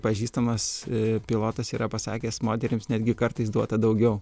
pažįstamas pilotas yra pasakęs moterims netgi kartais duota daugiau